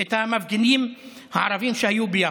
את המפגינים הערבים שהיו ביפו.